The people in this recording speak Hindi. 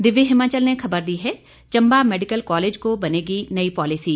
दिव्य हिमाचल ने खबर दी है चंबा मेडिकल कॉलेज को बनेगी नई पॉलिसी